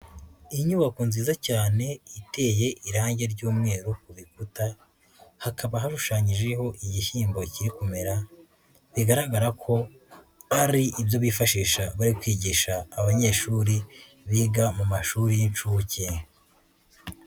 Inyubako nziza cyane iteye irange ry'umweru ku bikuta hakaba hashushanyijeho igishyimbo kiri kumera, bigaragara ko ari ibyo bifashisha bari kwigisha abanyeshuri biga mu mashuri y'inshuke.